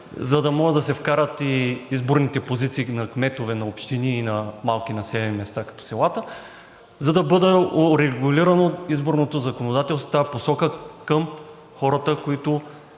за да може да се вкарат изборните позиции на кметове на общини и малки населени места като селата, за да бъде урегулирано изборното законодателство в тази посока към хората, които